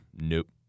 nope